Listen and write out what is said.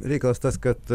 reikalas tas kad